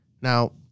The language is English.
Now